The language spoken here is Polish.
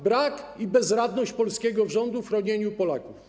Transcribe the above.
Brak i bezradność polskiego rządu w chronieniu Polaków.